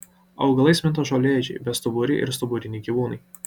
augalais minta žolėdžiai bestuburiai ir stuburiniai gyvūnai